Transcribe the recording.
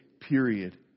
Period